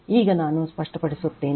ಈಗ ನಾನು ಸ್ಪಷ್ಟೀಕರಿಸುತ್ತೇನೆ